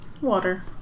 water